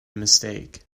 mistake